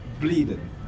bleeding